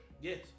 Yes